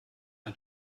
ein